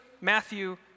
Matthew